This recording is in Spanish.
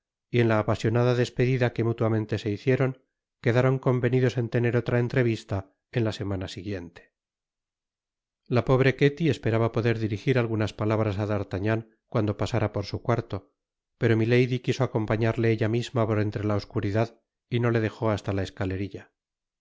en la apasionada despedida que mutuamente se hicieron quedaron convenidos en tener otra entrevista en la semana siguiente la pobre ketty esperaba poder dirigir algunas palabras á d'artagnan cuando pasara por su cuarto poro milady quiso acompañarle ella misma por entre la oscuridad y no le dejó hasta la escalerilla